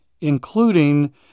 including